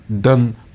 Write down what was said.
done